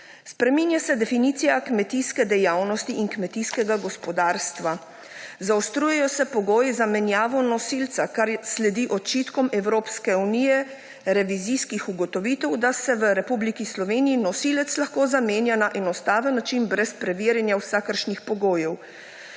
Spreminja se definicija kmetijske dejavnosti in kmetijskega gospodarstva. Zaostrujejo se pogoji za menjavo nosilca, kar sledi očitkom Evropske unije, revizijskih ugotovitev, da se v Republiki Sloveniji nosilec lahko zamenja na enostaven način brez preverjanja vsakršnih pogojev.